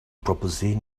proposez